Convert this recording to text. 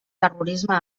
terrorisme